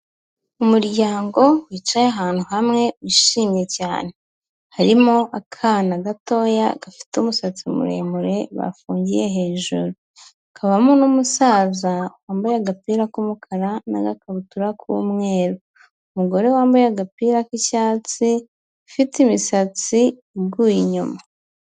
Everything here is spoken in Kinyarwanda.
Umuryango wicaye ahantu hamwe wishimye cyane harimo akana gatoya gafite umusatsi muremure bafungiye hejuru, kabamo n'umusaza wambaye agapira k'umukara n'agakabutura k'umweru, umugore wambaye agapira k'icyatsi ufite imisatsi iguye inyuma.